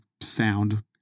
sound